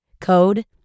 Code